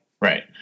right